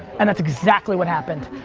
and that's exactly what happened.